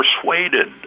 persuaded